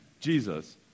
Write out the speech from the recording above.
Jesus